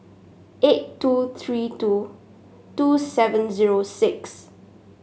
eight two three two two seven zero six